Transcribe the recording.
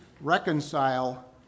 reconcile